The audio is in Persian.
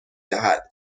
دهد